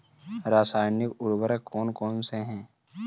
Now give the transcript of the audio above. रासायनिक उर्वरक कौन कौनसे हैं?